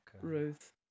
Ruth